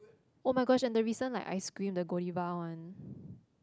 [oh]-my-gosh and the recent like ice cream the Goldiva one